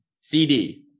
CD